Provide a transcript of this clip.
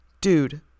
dude